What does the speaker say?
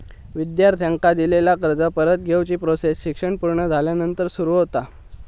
विद्यार्थ्यांका दिलेला कर्ज परत घेवची प्रोसेस शिक्षण पुर्ण झाल्यानंतर सुरू होता